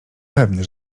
pewny